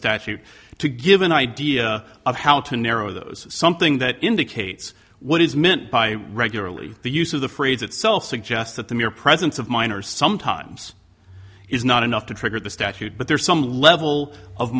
statute to give an idea of how to narrow those something that indicates what is meant by regularly the use of the phrase itself suggests that the mere presence of minors sometimes is not enough to trigger the statute but there's some level of